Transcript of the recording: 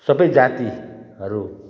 सबै जातिहरू